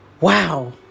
Wow